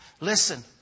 Listen